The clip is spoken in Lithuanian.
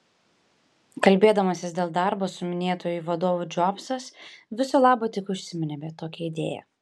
kalbėdamasis dėl darbo su minėtuoju vadovu džobsas viso labo tik užsiminė apie tokią idėją